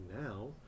now